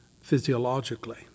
physiologically